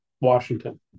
Washington